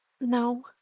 No